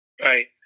Right